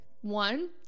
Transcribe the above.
one